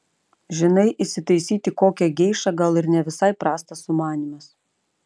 žinai įsitaisyti kokią geišą gal ir ne visai prastas sumanymas